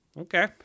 okay